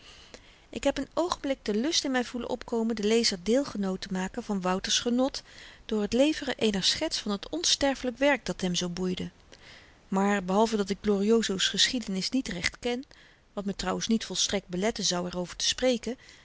ik heb n oogenblik den lust in my voelen opkomen den lezer deelgenoot te maken van wouter's genot door t leveren eener schets van t onsterfelyk werk dat hem zoo boeide maar behalve dat ik glorioso's geschiedenis niet recht ken wat me trouwens niet volstrekt beletten zou er over te spreke heb